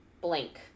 blank